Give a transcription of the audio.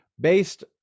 based